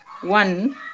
one